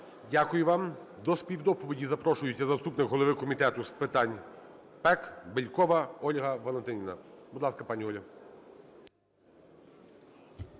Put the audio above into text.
Дякую вам. До співдоповіді запрошується заступник голови Комітету з питань ПЕК Бєлькова Ольга Валентинівна. Будь ласка, пані Оля.